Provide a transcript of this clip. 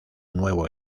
nuevo